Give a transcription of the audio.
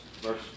Verse